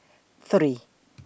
three